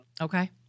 okay